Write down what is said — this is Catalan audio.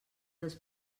dels